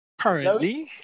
currently